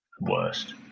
worst